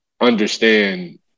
understand